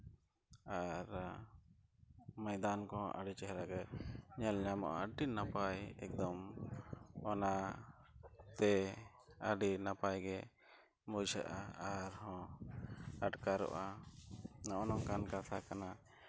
ᱟᱨ ᱢᱚᱭᱫᱟᱱ ᱠᱚ ᱦᱚᱸ ᱟᱹᱰᱤ ᱪᱮᱦᱨᱟᱜᱮ ᱧᱮᱞ ᱧᱟᱢᱚᱜᱼᱟ ᱟᱹᱰᱤ ᱱᱟᱯᱟᱭ ᱮᱠᱫᱚᱢ ᱚᱱᱟᱛᱮ ᱟᱹᱰᱤ ᱱᱟᱯᱟᱭᱜᱮ ᱵᱩᱡᱷᱟᱹᱜᱼᱟ ᱟᱨ ᱦᱚᱸ ᱟᱴᱠᱟᱨᱚᱜᱼᱟ ᱱᱚᱜᱼᱚ ᱱᱚᱝᱠᱟᱱ ᱠᱟᱛᱷᱟ ᱠᱟᱱᱟ